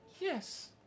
Yes